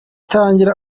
tangira